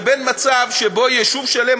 לבין מצב שבו יישוב שלם,